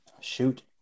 Shoot